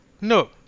No